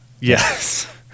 Yes